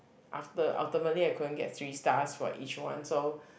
after ultimately I couldn't get three stars for each one so